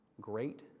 Great